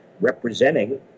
representing